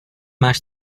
máš